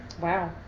wow